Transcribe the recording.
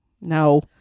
No